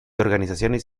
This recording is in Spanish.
organizaciones